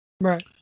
Right